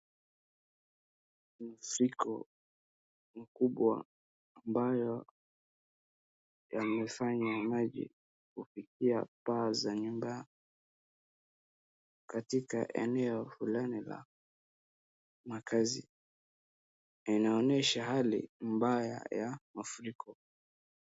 Mafuriko makubwa ambayo yamefanya maji kufikia paa za nyumba katika eneo fulani la makazi. Inaonyesha hali mbaya ya mafuriko.